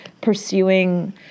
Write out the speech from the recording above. pursuing